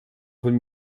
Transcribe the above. von